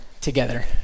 together